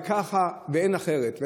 וזה כך ואין אחרת.